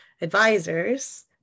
advisors